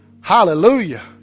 Hallelujah